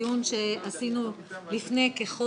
היום אנחנו ממשיכים בדיון שעשינו לפני כחודש